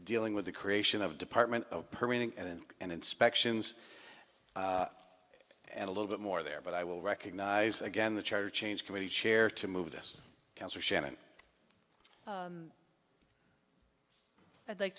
dealing with the creation of department of permanent and and inspections and a little bit more there but i will recognize again the charter change committee chair to move this cancer shannon i'd like